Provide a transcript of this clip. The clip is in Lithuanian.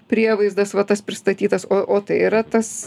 prievaizdas va tas pristatytas o o tai yra tas